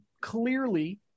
clearly